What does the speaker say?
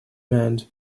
band